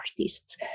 artists